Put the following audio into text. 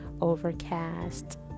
Overcast